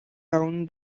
down